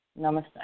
Namaste